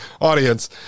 audience